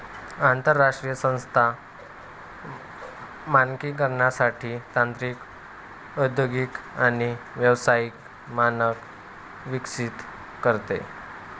आंतरराष्ट्रीय संस्था मानकीकरणासाठी तांत्रिक औद्योगिक आणि व्यावसायिक मानक विकसित करते